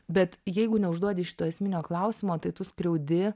bet jeigu neužduodi šito esminio klausimo tai tu skriaudi